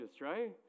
right